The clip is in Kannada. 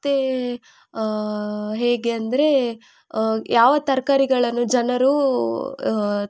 ಮತ್ತೆ ಹೇಗೆ ಅಂದರೆ ಯಾವ ತರಕಾರಿಗಳನ್ನು ಜನರು